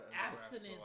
abstinence